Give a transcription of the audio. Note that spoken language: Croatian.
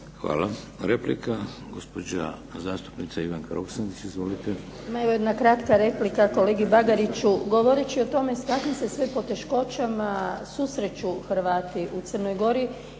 Hvala. Replika, gospođa zastupnica Ivanka Roksandić. Izvolite.